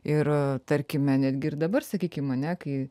ir tarkime netgi ir dabar sakykim ane kai